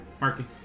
marky